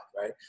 right